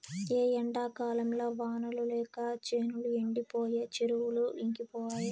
ఈ ఎండాకాలంల వానలు లేక చేనులు ఎండిపాయె చెరువులు ఇంకిపాయె